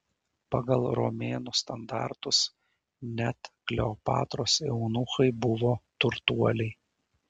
pagal romėnų standartus net kleopatros eunuchai buvo turtuoliai